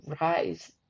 rise